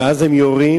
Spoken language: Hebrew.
ואז הם יורים.